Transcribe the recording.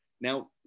Now